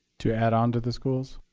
to add onto the schools?